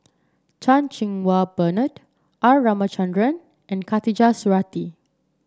Chan Cheng Wah Bernard R Ramachandran and Khatijah Surattee